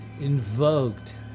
invoked